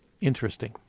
Interesting